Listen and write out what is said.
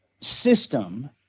system